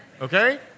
okay